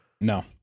No